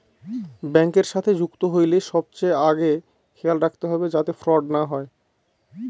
ব্যাঙ্কের সাথে যুক্ত হইলে সবচেয়ে আগে খেয়াল রাখবে যাতে ফ্রড না হয়